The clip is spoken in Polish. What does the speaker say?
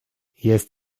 jest